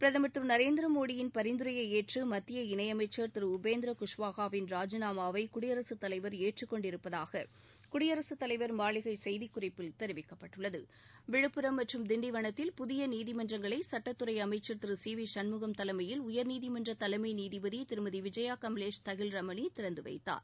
பிரதமர் திரு நரேந்திர மோடியின் பரிந்துரையை ஏற்று மத்திய இணையமைச்சர் திரு உபேந்திர குஷ்வாஹாவின் ராஜினாமாவை குடியரசு தலைவர் ஏற்றுக் கொண்டிருப்பதாக குடியரசு தலைவர் மாளிகை செய்திக்குறிப்பில் தெரிவிக்கப்பட்டுள்ளது விழுப்புரம் மற்றும் திண்டிவனத்தில் புதிய நீதிமன்றங்களை சுட்டத்துறை அமைச்சர் திரு சி வி சண்முகம் தலைமையில் உயர்நீதிமன்ற தலைமை நீதிபதி திருமதி விஜயா கமலேஷ் தஹில் ரமணி திறந்து வைத்தார்